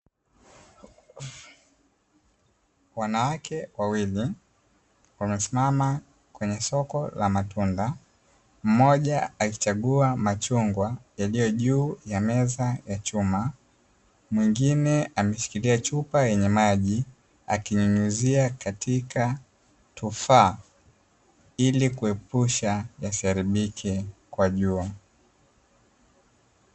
Wanawake wawili wamesimama kwenye soko la matunda mmoja akichagua machungwa yaliyojuu ya meza ya chuma, mwengine ameshikilia chupa yenye maji akinyunyuzia katika tufaa ili kuepusha yasiharibike kwa juu.